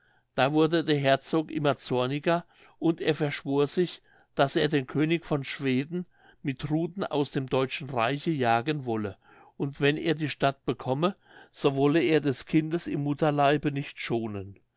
da wurde der herzog immer zorniger und er verschwor sich daß er den könig von schweden mit ruthen aus dem deutschen reiche jagen wolle und wenn er die stadt bekomme so wolle er des kindes im mutterleibe nicht schonen